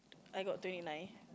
I got twenty nine